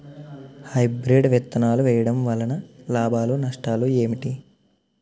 Hybrid విత్తనాలు వేయటం వలన లాభాలు నష్టాలు ఏంటి?